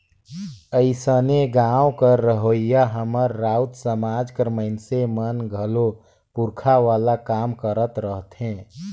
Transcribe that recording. अइसने गाँव कर रहोइया हमर राउत समाज कर मइनसे मन घलो पूरखा वाला काम करत रहथें